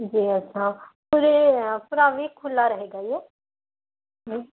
جی اچھا سر یہ پورا ویک کھلا رہے گا یہ